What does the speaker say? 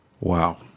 Wow